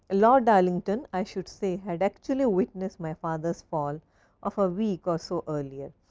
lord darlington, i should say, had actually witnessed my father's fall of a week or so earlier.